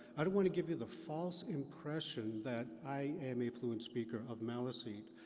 i don't want to give you the false impression that i am a fluent speaker of maliseet.